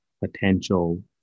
potential